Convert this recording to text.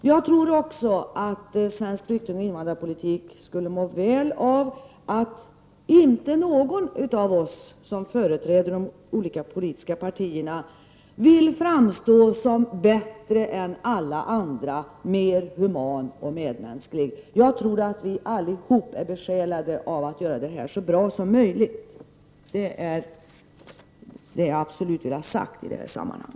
Jag tror också att svensk flyktingoch invandrarpolitik skulle må väl av att inte någon av oss som företräder de olika politiska partierna vill framstå som bättre, mer human och medmänsklig än alla andra. Jag tror att vi alla är besjälade av viljan att göra det här så bra som möjligt. Det är det som jag absolut vill ha sagt i detta sammanhang.